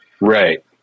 right